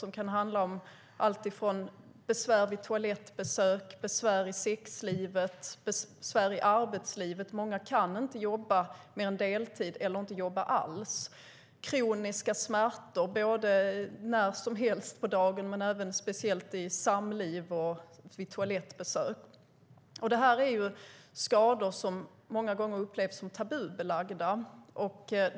Det kan handla om alltifrån besvär vid toalettbesök, besvär i sexlivet till besvär i arbetslivet. Många kan inte jobba mer än deltid eller inte jobba alls. Det kan handla om kroniska smärtor, när som helst på dagen men speciellt i samliv och vid toalettbesök. Det är skador som många gånger upplevs om tabubelagda.